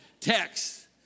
text